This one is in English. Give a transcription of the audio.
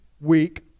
week